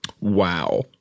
Wow